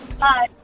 Hi